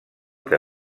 que